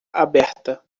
aberta